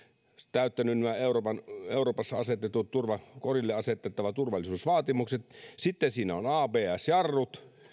täyttänyt euroopassa korille asetetut turvallisuusvaatimukset sitten siinä on abs jarrut